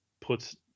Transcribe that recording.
puts